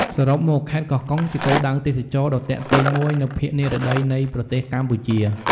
សរុបមក ខេត្តកោះកុង ជាគោលដៅទេសចរណ៍ដ៏ទាក់ទាញមួយនៅភាគនិរតីនៃប្រទេសកម្ពុជា។